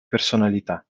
personalità